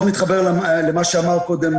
מאוד מתחבר למה שנאמר קודם,